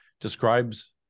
describes